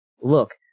look